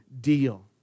deal